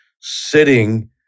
sitting